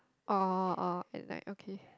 oh oh and like okay